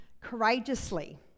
courageously